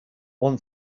want